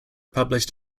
published